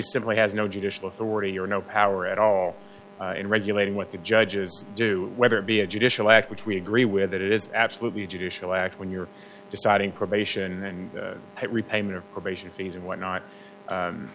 simply has no judicial authority or no power at all in regulating what the judges do whether it be a judicial act which we agree with that it is absolutely judicial act when you're deciding probation and repayment of probation fees and whatnot